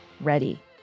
ready